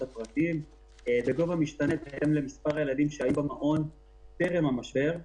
הפרטיים בהתאם למספר הילדים שהיו במעון טרם המשבר,